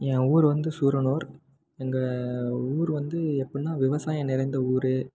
என் ஊர் வந்து சூரனூர் எங்கள் ஊர் வந்து எப்படினா விவசாயம் நிறைந்த ஊர்